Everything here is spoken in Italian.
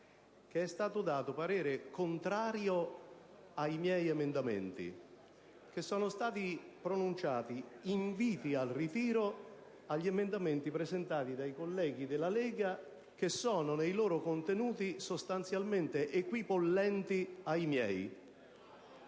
che è stato dato parere contrario ai miei emendamenti, che sono stati pronunciati inviti al ritiro agli emendamenti presentati dai colleghi della Lega, che sono nei loro contenuti sostanzialmente equipollenti ai miei.